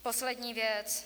Poslední věc.